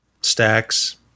Stacks